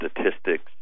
Statistics